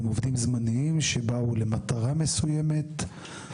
הם עובדים זמניים שבאו למטרה מסוימת,